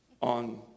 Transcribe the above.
on